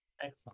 Excellent